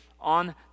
on